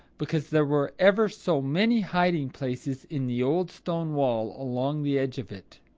because there were ever so many hiding places in the old stone wall along the edge of it.